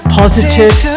positive